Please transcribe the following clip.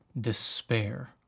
despair